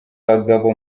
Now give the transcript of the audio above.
abagabo